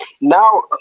Now